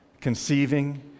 Conceiving